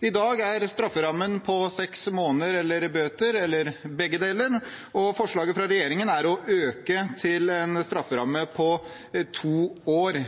I dag er strafferammen på seks måneder eller bøter – eller begge deler – og forslaget fra regjeringen er å heve strafferammen til inntil to år.